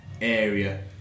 area